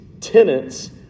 tenants